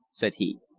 said he.